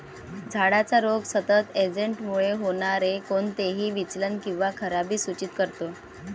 झाडाचा रोग सतत एजंटमुळे होणारे कोणतेही विचलन किंवा खराबी सूचित करतो